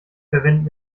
verwenden